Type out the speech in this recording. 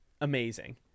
amazing